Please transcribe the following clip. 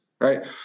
right